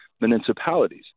municipalities